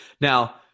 now